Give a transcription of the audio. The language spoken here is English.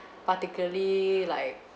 particularly like